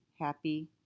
happy